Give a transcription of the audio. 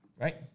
Right